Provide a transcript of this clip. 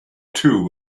too